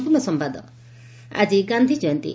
ଗାନ୍ଧି ଜୟନ୍ତୀ ଆଜି ଗାକ୍ଷି ଜୟନ୍ତୀ